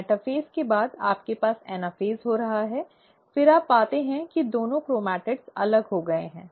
metaphase के बाद आपके पास एनाफ़ेज़ हो रहा है फिर आप पाते हैं कि दोनों क्रोमैटिड अलग हो गए हैं